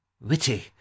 witty